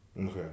okay